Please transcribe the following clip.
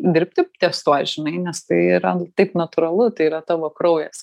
dirbti ties tuo žinai nes tai yra taip natūralu tai yra tavo kraujas